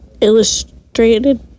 illustrated